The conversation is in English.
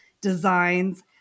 designs